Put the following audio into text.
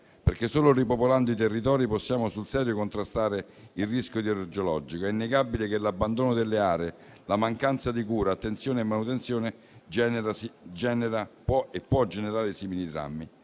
perché solo ripopolando i territori possiamo sul serio contrastare il rischio idrogeologico. È innegabile che l'abbandono delle aree, la mancanza di cura, attenzione e manutenzione genera e può generare simili drammi.